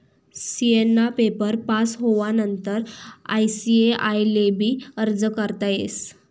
CA ना paper pass होवानंतर ICAI ले भी अर्ज करता येस